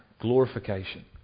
glorification